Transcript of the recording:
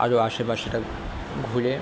আরও আশেপাশটা ঘুরে